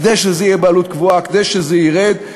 כדי שזה יהיה בעלות קבועה, כדי שזה ירד.